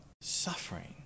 suffering